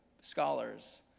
scholars